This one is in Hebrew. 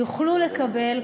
יוכלו לקבל,